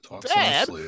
Dad